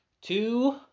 two